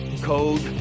code